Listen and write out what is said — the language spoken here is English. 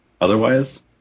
otherwise